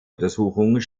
untersuchung